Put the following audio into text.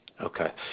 Okay